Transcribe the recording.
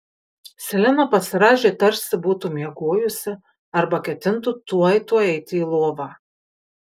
selena pasirąžė tarsi būtų miegojusi arba ketintų tuoj tuoj eiti į lovą